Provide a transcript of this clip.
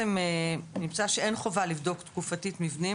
נמצא שאין חובה לבדוק תקופתית מבנים